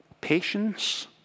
patience